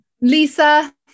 Lisa